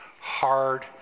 hard